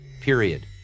period